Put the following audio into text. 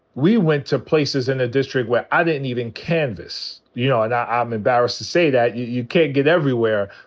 we went to places in the ah district where i didn't even canvass. you know, and i'm embarrassed to say that. you can't get everywhere.